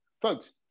folks